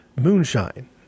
moonshine